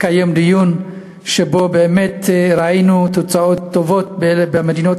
התקיים דיון שבו ראינו באמת תוצאות טובות במדינות